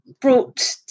brought